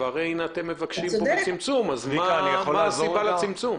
אתם מבקשים צמצום אז מה הסיבה לצמצום.